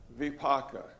vipaka